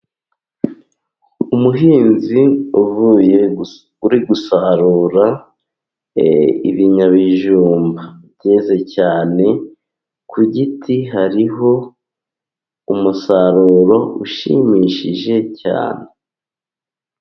Umuhinzi uvuye, uri gusarura ibinyabijumba byeze cyane. Ku giti hariho umusaruro ushimishije cyane.